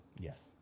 Yes